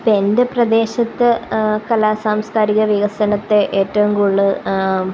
എന്റെ പ്രദേശത്ത് കലാ സാംസ്കാരിക വികസനത്തെ ഏറ്റവും കൂടുതല്